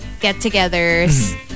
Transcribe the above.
get-togethers